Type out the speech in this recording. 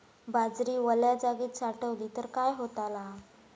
बाजरी वल्या जागेत साठवली तर काय होताला?